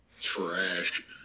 Trash